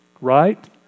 Right